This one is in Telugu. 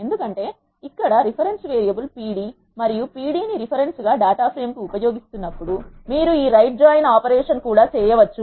ఎందుకంటే ఇప్పుడు ఇక్కడ రిఫరెన్స్ వేరియబుల్ Pd మీరు Pd ని రిఫరెన్స్ గా డేటా ప్రేమ్ కు ఉపయోగిస్తున్నప్పుడు మీరు ఈ రైట్ జాయిన్ ఆపరేషన్ కూడా చేయవచ్చు